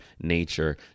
nature